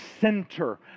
center